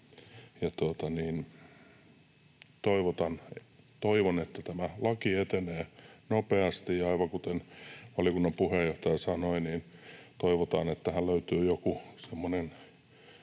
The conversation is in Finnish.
toivon, että tämä laki etenee nopeasti. Ja aivan kuten valiokunnan puheenjohtaja sanoi, niin toivotaan, että tähän löytyy joku semmoinen